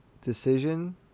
decision